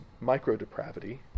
micro-depravity